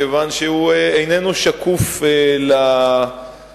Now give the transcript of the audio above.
כיוון שהוא איננו שקוף ל-stakeholders,